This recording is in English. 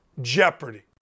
jeopardy